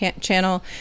channel